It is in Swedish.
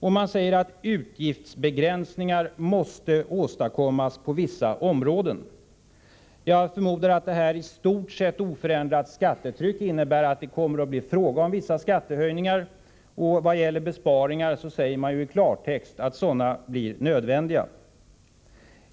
Man säger att utgiftsbegränsningar måste åstadkommas på vissa områden. Jag förmodar att detta med istort sett oförändrat skattetryck innebär att det kommer att bli fråga om vissa skattehöjningar. Vad gäller besparingar säger man i klartext att sådana blir nödvändiga.